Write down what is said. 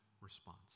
response